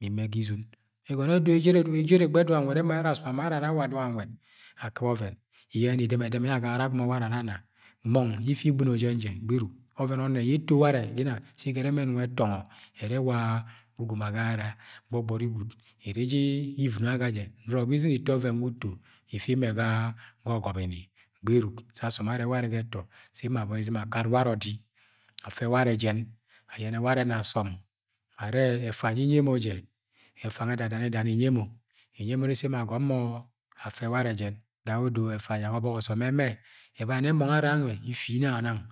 mi iuue ga izum akɨp ọvẹn iyẹnẹ dẹmẹ dẹmẹ yẹ agagara agọmọ ularẹ ara ana mọng yẹ ifi ibɨno jẹn jẹ gbenk ọvẹn ọnne yẹ ito gineng igẹrẹ mẹ ẹnung ẹtọngẹ ẹrẹ eula-a-ugom agagara gbọgbọri guud iri iji iuino aga jẹ nuno bi izini ito ọvẹn nueẹ uto ifi tme ga ọgọbini gberuk sẹ asọm ulẹ are ularẹ ga ẹtọ emo abọm iziuu akat warẹ ọdi afẹ ularẹ jẹn ayẹnẹ ularẹ na asọm arẹ ẹfu yẹ inyi emo jẹ ẹfu nwa ẹdu dana idana inyi emo, uny emo iri sẹ euuo agọmọ afẹ ularẹ jẹn ga ye odo ẹfa ja ga ọbok ọsọne ẹme ẹbani yẹ mong are angaanuee ifi nang anang.